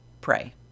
pray